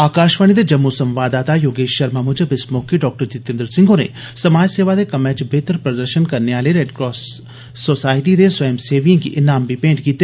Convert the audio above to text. आकाषवाणी दे जम्मू संवाददाता योगेष षर्मा मुजब इस मौके डाक्टर जितेन्द्र सिंह होरें समाज सेवा दे कम्मै च बेहतर प्रदर्षन करने आले रेडक्रास सोसाईटी दे स्वयं सेविएँ गी इनाम बी भेंट कीते